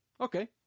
Okay